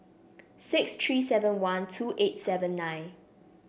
six three seven one two eight seven nine